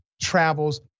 travels